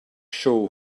show